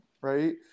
Right